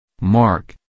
Mark